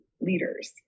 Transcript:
leaders